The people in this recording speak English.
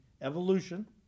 evolution